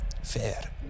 Fair